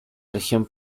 región